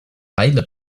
weiler